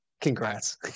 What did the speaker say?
congrats